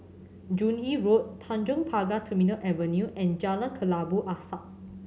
Joo Yee Road Tanjong Pagar Terminal Avenue and Jalan Kelabu Asap